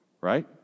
Right